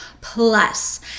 plus